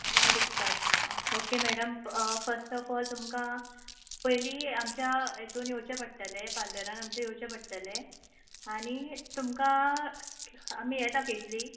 light उपकात्ता okay madam प first of all तुमकां पयली आमच्या हेतून येवचें पट्टलें पालरान आमचे येवचें पट्टलें आनी तुमकां आमी हें दाखयतलीं